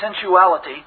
sensuality